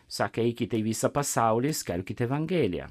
sakė eikite į visą pasaulį ir skelbkit evangeliją